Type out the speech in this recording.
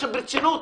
עכשיו ברצינות,